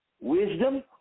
wisdom